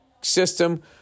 system